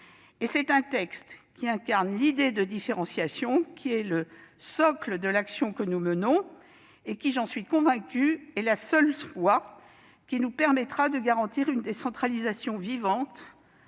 C'est un texte qui incarne l'idée de différenciation, qui est le socle de l'action que nous menons, et qui, j'en suis convaincue, est la seule voie qui nous permettra de garantir une décentralisation vivante,